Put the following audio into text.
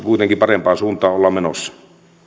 kuitenkin parempaan suuntaan ollaan menossa